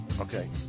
Okay